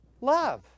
love